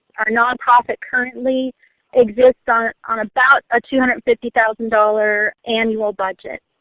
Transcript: our nonprofit currently exists on on about a two hundred fifty thousand dollars annual budget.